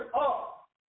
up